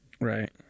Right